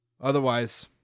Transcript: otherwise